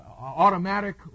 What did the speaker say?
automatic